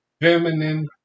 feminine